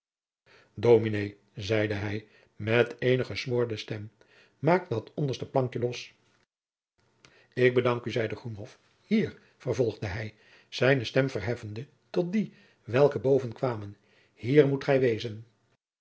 dominé zeide hij met eene gesmoorde stem maak dat onderste plankje los ik bedank u zeide groenhof hier vervolgde hij zijne stem verheffende tot die welke boven waren hier moet gij wezen